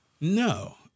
No